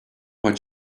what